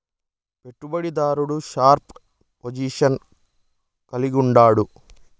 పెట్టుబడి దారుడు sharp position కలిగుండాడు